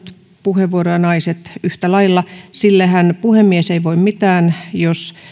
puhevuoroja naiset yhtä lailla sillehän puhemies ei voi mitään jos